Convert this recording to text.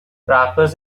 rappers